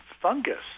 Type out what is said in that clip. fungus